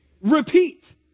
repeat